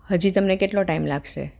હજી તમને કેટલો ટાઈમ લાગશે